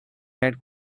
had